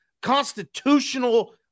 constitutional